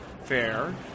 fair